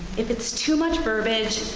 if it's too much verbiage,